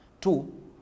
Two